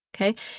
okay